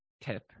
tip